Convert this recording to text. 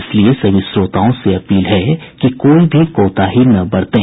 इसलिए सभी श्रोताओं से अपील है कि कोई भी कोताही न बरतें